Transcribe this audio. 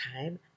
time